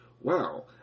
Wow